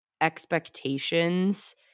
expectations